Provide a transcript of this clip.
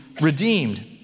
redeemed